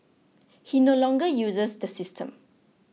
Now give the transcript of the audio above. he no longer uses the system